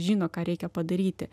žino ką reikia padaryti